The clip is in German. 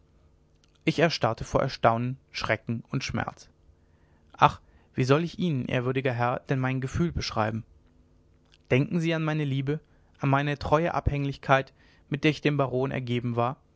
ich erstarrte vor erstaunen schrecken und schmerz ach wie soll ich ihnen ehrwürdiger herr denn mein gefühl beschreiben denken sie an meine liebe an meine treue anhänglichkeit mit der ich dem baron ergeben war